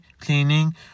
cleaning